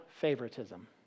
favoritism